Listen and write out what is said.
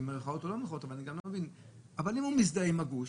במירכאות או לא במירכאות אבל אם הוא מזדהה עם הגוש,